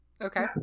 Okay